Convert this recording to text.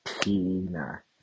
Tina